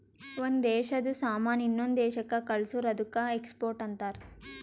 ಒಂದ್ ದೇಶಾದು ಸಾಮಾನ್ ಇನ್ನೊಂದು ದೇಶಾಕ್ಕ ಕಳ್ಸುರ್ ಅದ್ದುಕ ಎಕ್ಸ್ಪೋರ್ಟ್ ಅಂತಾರ್